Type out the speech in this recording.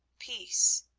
peace?